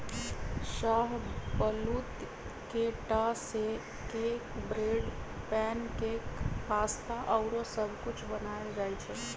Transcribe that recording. शाहबलूत के टा से cake, bread, pancake, pasta आउरो सब कुछ बनायल जाइ छइ